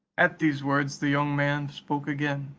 at these words the young man spoke again,